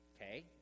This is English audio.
Okay